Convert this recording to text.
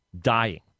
dying